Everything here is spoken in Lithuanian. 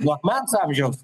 nuo akmens amžiaus